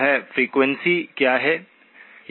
वह फ्रीक्वेंसी क्या है